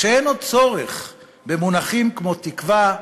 שאין עוד צורך במונחים כמו תקווה,